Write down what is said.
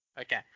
Okay